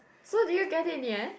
so did you get it in the end